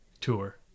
tour